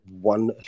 one